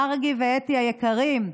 מרגי ואתי היקרים,